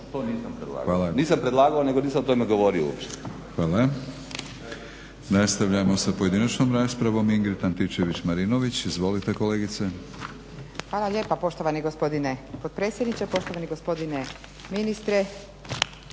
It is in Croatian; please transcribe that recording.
Nisam predlagao nego nisam o tome govorio uopće.